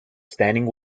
standing